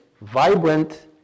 vibrant